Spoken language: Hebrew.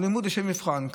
הוא לימוד לשם מבחן.